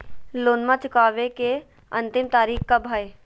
लोनमा चुकबे के अंतिम तारीख कब हय?